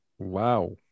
Wow